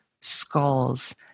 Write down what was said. skulls